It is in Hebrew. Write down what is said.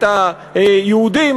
את היהודים,